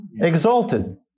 exalted